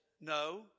no